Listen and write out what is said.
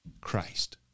Christ